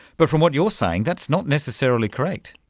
but from what you're saying, that's not necessarily correct.